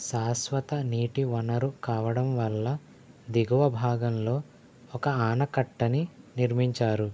శాశ్వత నీటి వనరు కావడం వల్ల దిగువ భాగంలో ఒక ఆనకట్టని నిర్మించారు